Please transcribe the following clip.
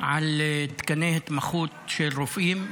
על תקני התמחות של רופאים.